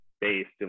based